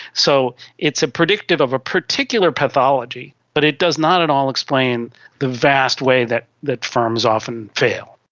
so it's ah predictive of a particular pathology, but it does not at all explain the vast way that that firms often fail.